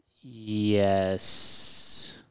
Yes